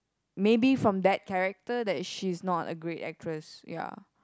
maybe from that character that she's not a great actress ya